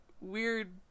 weird